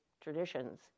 traditions